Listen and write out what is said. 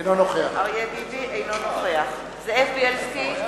אינו נוכח זאב בילסקי,